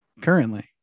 currently